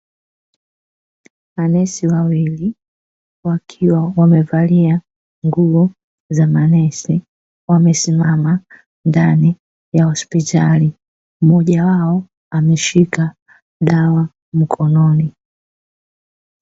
Manesi wawili, wakiwa wamevalia nguo za manesi, wamesimama ndani ya hospitali, mmoja wao ameshika dawa mkononi.